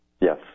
Yes